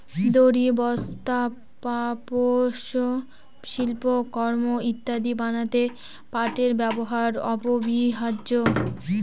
দড়ি, বস্তা, পাপোষ, শিল্পকর্ম ইত্যাদি বানাতে পাটের ব্যবহার অপরিহার্য